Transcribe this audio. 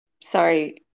sorry